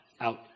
out